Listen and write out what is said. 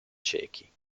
ciechi